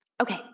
Okay